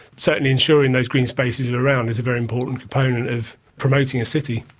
certainly ensuring those green spaces are around is a very important component of promoting a city.